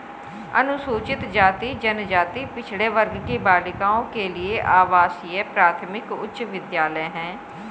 अनुसूचित जाति जनजाति पिछड़े वर्ग की बालिकाओं के लिए आवासीय प्राथमिक उच्च विद्यालय है